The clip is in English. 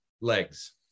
legs